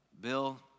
Bill